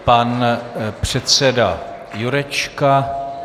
Pan předseda Jurečka.